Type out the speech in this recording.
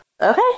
Okay